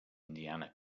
indiana